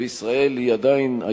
וישראל היא עדיין,